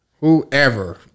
Whoever